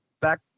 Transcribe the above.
Back